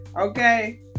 Okay